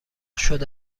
شده